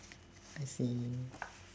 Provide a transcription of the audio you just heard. I see